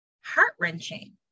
heart-wrenching